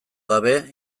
gabe